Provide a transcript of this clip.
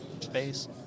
space